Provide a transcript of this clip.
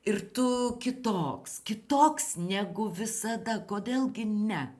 ir tu kitoks kitoks negu visada kodėl gi ne